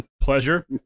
Pleasure